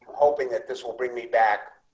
hoping that this will bring me back.